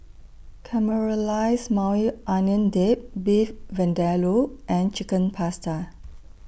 Caramelized Maui Onion Dip Beef Vindaloo and Chicken Pasta